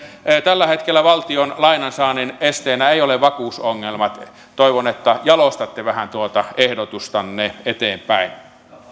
tällä hetkellä valtion lainansaannin esteenä eivät ole vakuusongelmat toivon että jalostatte vähän tuota ehdotustanne eteenpäin